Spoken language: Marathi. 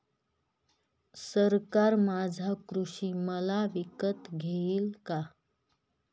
सरकार माझा कृषी माल विकत घेईल का?